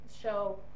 show